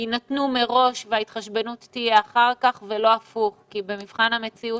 יינתנו מראש וההתחשבנות תהיה אחר כך ולא הפוך כי במבחן המציאות